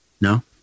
No